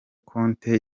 conte